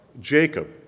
Jacob